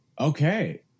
Okay